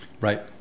right